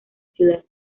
ciudad